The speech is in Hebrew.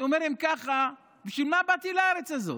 הוא אומר: אם ככה, בשביל מה באתי לארץ הזאת?